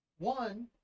One